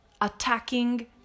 attacking